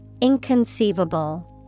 Inconceivable